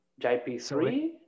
JP3